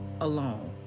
alone